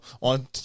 on